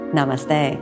Namaste